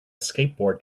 skateboard